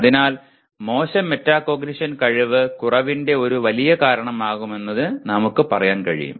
അതിനാൽ മോശം മെറ്റാകോഗ്നിഷൻ കഴിവ് കുറവിന്റെ ഒരു വലിയ കാരണമാണെന്ന് നമുക്ക് പറയാൻ കഴിയും